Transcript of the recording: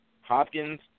Hopkins